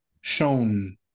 shown